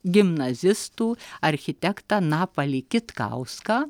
gimnazistų architektą napalį kitkauską